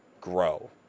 grow